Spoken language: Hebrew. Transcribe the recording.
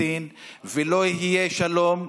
זה שטח פלסטין, ולא יהיה שלום,